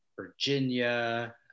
Virginia